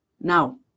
Now